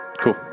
Cool